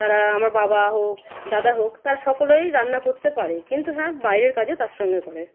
তারা আমার বাবা হোক দাদা হোক তারা সকলেই রান্না করতে পারে কিন্তু হ্যাঁ বাইরের কাজও তার সঙ্গে করে